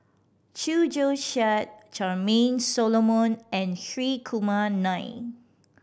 Chew Joo Chiat Charmaine Solomon and Hri Kumar Nair